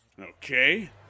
Okay